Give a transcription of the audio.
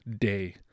day